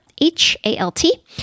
H-A-L-T